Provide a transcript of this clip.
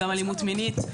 גם אלימות מינית.